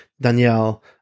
Danielle